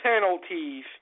penalties